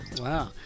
wow